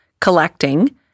collecting